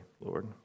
Lord